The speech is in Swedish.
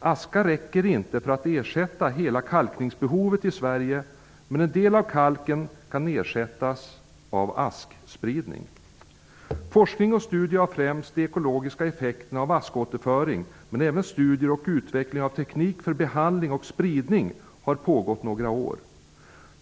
Aska räcker inte för att ersätta hela kalkningsbehovet i Sverige, men en del av kalkningen kan ersättas av askspridning. Forskning och studier av främst de ekologiska effekterna av askåterföring men även studier och utveckling av teknik för behandling och spridning har pågått några år.